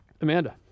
Amanda